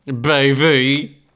Baby